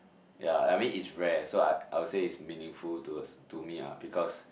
ya I mean it's rare so I I would say is meaningful towards to me ah because